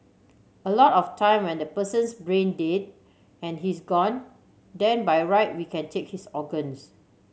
a lot of time when the person's brain dead and he's gone then by a right we can take his organs